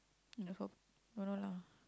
no hope don't know lah